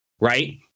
right